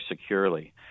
securely